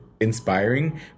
inspiring